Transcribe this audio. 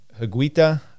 Higuita